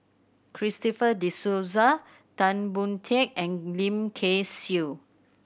Christopher De Souza Tan Boon Teik and Lim Kay Siu